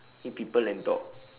meet people and talk